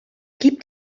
gibt